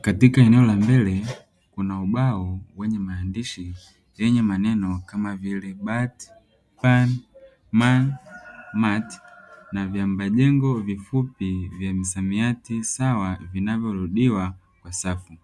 Katika eneo la mbele kuna ubao wenye maandishi yenye maneno kama vile: bat, pan, man, mat na viamba jengo vifupi vya misamiati sawa vinavyorudiwa kwa safu.